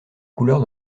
couleurs